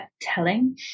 telling